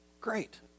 great